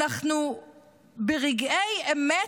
אנחנו ברגעי אמת,